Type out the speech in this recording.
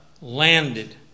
Landed